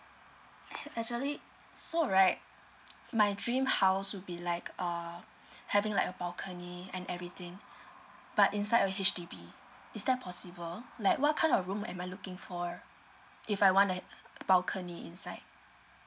ac~ actually so right my dream house will be like uh having like a balcony and everything but inside a H_D_B is that possible like what kind of room am I looking for if I want a balcony inside